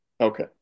Okay